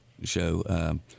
show